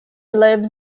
lives